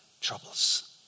troubles